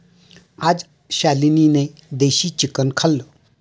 आज शालिनीने देशी चिकन खाल्लं